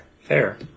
Fair